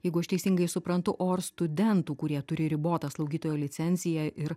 jeigu aš teisingai suprantu o ar studentų kurie turi ribotą slaugytojo licenciją ir